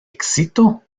excito